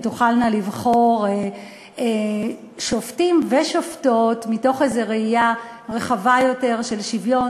הן תוכלנה לבחור שופטים ושופטות מתוך איזו ראייה רחבה יותר של שוויון,